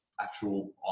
actual